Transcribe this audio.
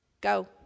Go